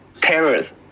terrorists